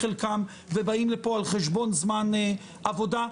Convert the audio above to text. ובאים לפה על חשבון זמן עבודה,